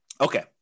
Okay